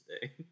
today